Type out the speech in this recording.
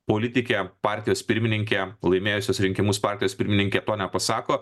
politikė partijos pirmininkė laimėjusios rinkimus partijos pirmininkė to nepasako